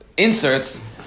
Inserts